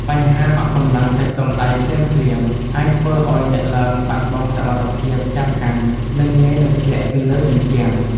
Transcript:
បញ្ហាអស់កម្លាំងសាច់ដុំដៃភ្លាមៗ អាចធ្វើឱ្យអ្នកឡើងបាត់បង់សមត្ថភាពចាប់កាន់ និងងាយនឹងធ្លាក់ពីលើជញ្ជាំង។